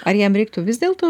ar jam reiktų vis dėlto